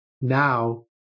now